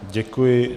Děkuji.